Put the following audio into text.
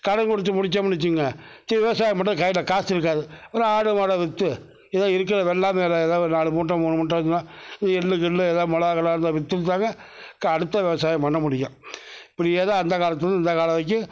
கடன் கொடுத்து முடித்தோம்ன்னு வைச்சுக்கங்க விவசாயம் பண்ணுறத்துக்கு கையில் காசு இருக்காது ஒரு ஆடு மாடை விற்று ஏதோ இருக்கிற வெள்ளாமையில் ஏதோ நாலு மூட்டை மூணு மூட்டை இருந்துன்னால் எள் கிள் எதாவது மிளாகா கிளாகா இருந்தால் விற்றுட்டு தாங்க அடுத்த விவசாயம் பண்ணமுடியும் இப்படியேதான் அந்த காலத்துலேருந்து இந்த காலம் வரைக்கும்